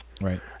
Right